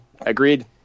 agreed